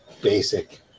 basic